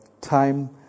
time